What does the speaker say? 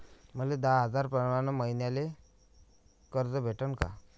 मले दहा हजार प्रमाण मईन्याले कर्ज भेटन का?